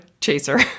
chaser